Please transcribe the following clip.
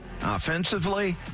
offensively